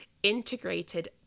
integrated